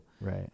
Right